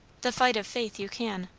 the fight of faith you can.